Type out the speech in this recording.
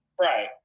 Right